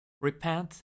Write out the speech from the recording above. Repent